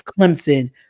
Clemson